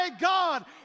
God